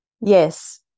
Yes